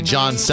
John